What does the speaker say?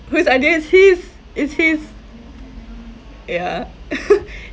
whose idea it's his it's his yeah